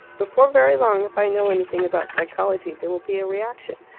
before very long, if i know anything about psychology, there will be a reaction.